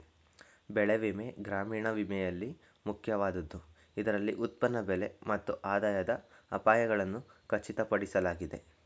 ಬೆಳೆ ವಿಮೆ ಗ್ರಾಮೀಣ ವಿಮೆಯಲ್ಲಿ ಮುಖ್ಯವಾದದ್ದು ಇದರಲ್ಲಿ ಉತ್ಪನ್ನ ಬೆಲೆ ಮತ್ತು ಆದಾಯದ ಅಪಾಯಗಳನ್ನು ಖಚಿತಪಡಿಸಲಾಗಿದೆ